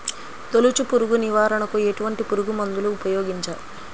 తొలుచు పురుగు నివారణకు ఎటువంటి పురుగుమందులు ఉపయోగించాలి?